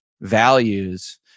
values